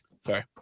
sorry